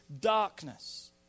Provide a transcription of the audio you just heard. darkness